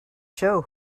show